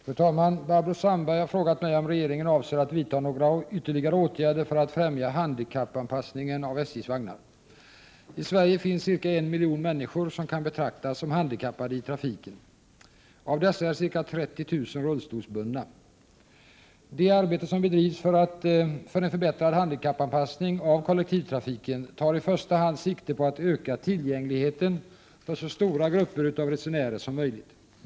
Fru talman! Barbro Sandberg har frågat mig om regeringen avser att vidta ytterligare åtgärder för att främja handikappanpassningen av SJ:s vagnar. I Sverige finns det ca 1 miljon människor som kan betraktas som handikappade i trafiken. Av dessa är ca 30 000 rullstolsburna. Det arbete som bedrivs för en förbättrad handikappanpassning av kollektivtrafiken tar i första hand sikte på att öka tillgängligheten för så stora grupper av resenärer som möjligt.